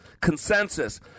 Consensus